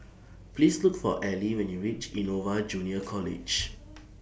Please Look For Allie when YOU REACH Innova Junior College